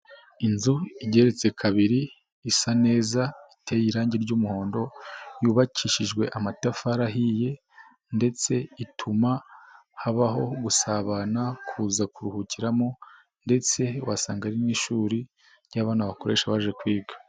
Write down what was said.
Inzu igeretse kabiri, isa neza, iteye irangi ry'umuhondo, yubakishijwe amatafari ahiye, ndetse ituma habaho gusabana kuza kuruhukiramo ndetse wasanga ari n'ishuri, ry'abana bakoresha baje kwiga.